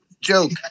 Joke